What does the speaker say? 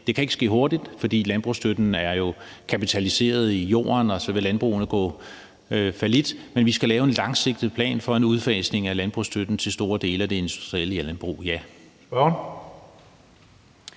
Det kan ikke ske hurtigt, fordi landbrugsstøtten jo er kapitaliseret i jorden, og så vil landbrugene gå fallit, men vi skal lave en langsigtet plan for en udfasning af landbrugsstøtten til store dele af det industrielle landbrug,